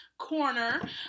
corner